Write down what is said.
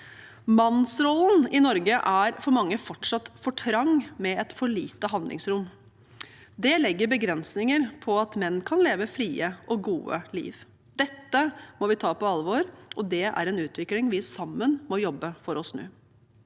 Mannsrollen i Norge er for mange fortsatt for trang med et for lite handlingsrom. Det legger begrensninger på at menn kan leve et fritt og godt liv. Dette må vi ta på alvor, og det er en utvikling vi sammen må jobbe for å snu.